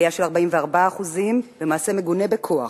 עלייה של 44% במעשה מגונה בכוח,